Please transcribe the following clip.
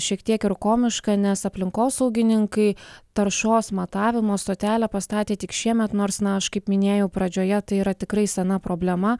šiek tiek ir komiška nes aplinkosaugininkai taršos matavimo stotelę pastatė tik šiemet nors na aš kaip minėjau pradžioje tai yra tikrai sena problema